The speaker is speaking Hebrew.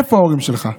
איפה ההורים שלך?